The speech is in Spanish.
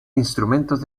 instrumentos